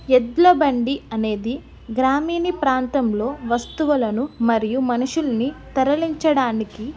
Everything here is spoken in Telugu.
ఎడ్ల బండి అనేది గ్రామీణ ప్రాంతంలో వస్తువులను మరియు మనుషుల్ని తరలించడానికి